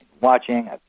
watching